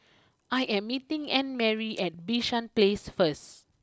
I am meeting Annmarie at Bishan place first